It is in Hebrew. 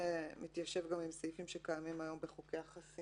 זה מתיישב גם עם סעיפים שקיימים היום בחוקי החסינות